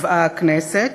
קבעה הכנסת,